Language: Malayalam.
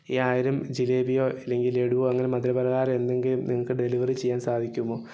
ഈ ആയിരം ജിലേബിയോ അല്ലെങ്കിൽ ലഡുവോ അങ്ങനെ മധുര പലഹാരം എന്തെങ്കിലും നിങ്ങൾക്ക് ഡെലിവറി ചെയ്യാൻ സാധിക്കുമോ